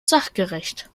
sachgerecht